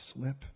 slip